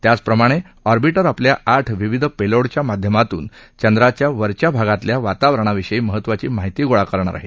त्याचप्रमाणे ऑर्बिउ आपल्या आठ विविध पेलोडच्या माध्यमातून चंद्राच्या वरच्या भागातल्या वातावरणाविषयी महत्वाची माहिती गोळा करेल